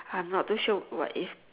I'm not too sure what if